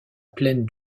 plaine